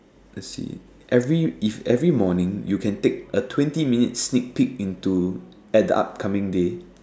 let's see every if every morning you can take a twenty minutes sneak peek into at the upcoming day